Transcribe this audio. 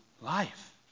life